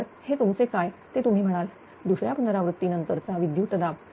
तर हे तुमचे काय ते तुम्ही म्हणाल दुसऱ्या पुनरावृत्ती नंतरचा विद्युतदाब